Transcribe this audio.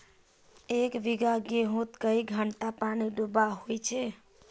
एक बिगहा गेँहूत कई घंटा पानी दुबा होचए?